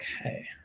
Okay